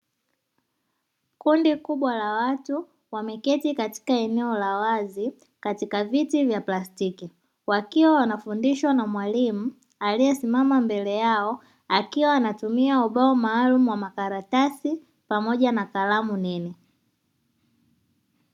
Kundi kubwa la watu wameketi katika eneo la wazi katika viti vya plastiki, wakiwa wanafundishwa na mwalimu aliyesimama mbele yao akiwa anatumia ubao maalumu wa makaratasi pamoja na kalamu nene.